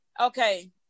okay